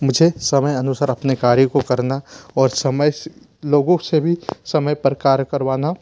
मुझे समय अनुसार अपने कार्य को करना और समय से लोगों से भी समय पर कार्य करवाना